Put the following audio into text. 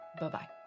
Bye-bye